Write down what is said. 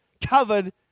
covered